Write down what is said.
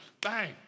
Bang